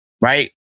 right